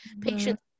patients